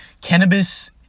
cannabis